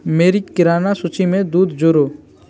मेरी किराना सूचि मे दूध जोड़ो